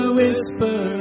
whisper